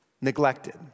neglected